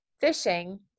fishing